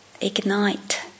ignite